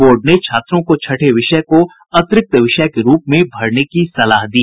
board ने छात्रों को छठे विषय को अतिरिक्त विषय के रूप में भरने का सलाह दी